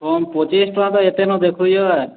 କଣ୍ ପଚିଶ୍ ଟଙ୍କା ତ ଏତେ ନ ଦେଖୁଛ କାଁ